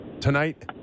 tonight